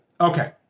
Okay